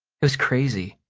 it was crazy.